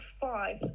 five